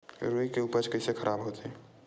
रुई के उपज कइसे खराब होथे?